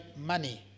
money